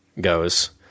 goes